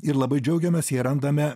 ir labai džiaugiamės jei randame